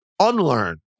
unlearn